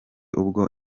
ubwo